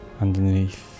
underneath